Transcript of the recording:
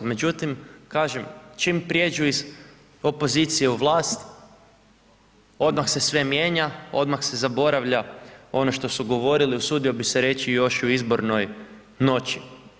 Međutim, kažem čim prijeđu iz opozicije u vlast, odmah se sve mijenja, odmah se zaboravlja ono što su govorili usudio bih se reći još u izbornoj noći.